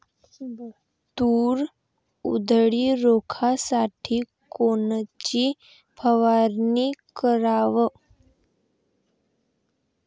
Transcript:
तूर उधळी रोखासाठी कोनची फवारनी कराव?